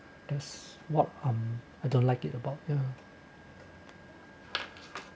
that's what I'm I don't like it about ya